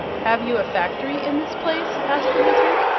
have you a factory in this place? asked the wizard,